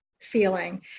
feeling